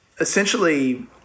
essentially